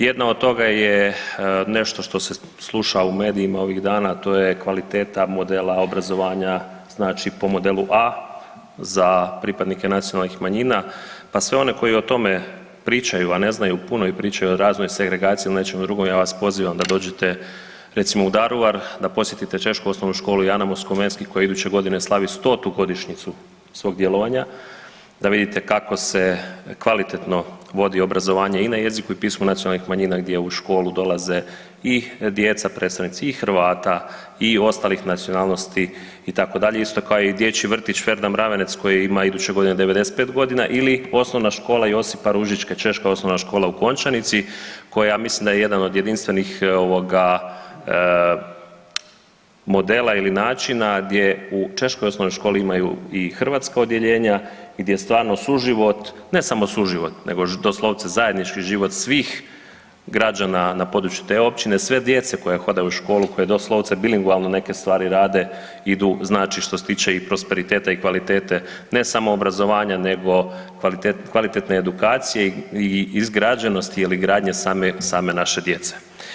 Jedna od toga je nešto što se sluša u medijima ovih dana, to je kvaliteta modela obrazovanja po modelu A za pripadnike nacionalnih manjina, pa sve one koji o tome pričaju, a ne znaju puno i pričaju razno i segregaciji ili nečem drugom ja vas pozivam da dođete recimo u Daruvar da posjetite Češku OŠ Jan Amos Komenski koja iduće godine slavi 100. godišnjicu svog djelovanja, da vidite kako se kvalitetno vodi obrazovanje i na jeziku i pismu nacionalnih manjina gdje u školu dolaze i djeca predstavnici i Hrvata i ostalih nacionalnosti itd. isto kao i DV Ferde Mravenca koji ima iduće godine 95 godina ili OŠ Josipa Ružičke Češka osnovna škola u Končanici koja mislim da je jedna od jedinstvenih modela ili načina gdje u Češkoj osnovnoj školi imaju i hrvatska odjeljenja gdje stvarno suživot, ne samo suživot nego doslovce zajednički život svih građana na području te općine, sve djece koja hode u školu koja doslovce bilingvalno neke stvari rade idu znači što se tiče i prosperiteta i kvalitete ne samo obrazovanja nego kvalitetne edukacije i izgrađenosti ili gradnje same naše djece.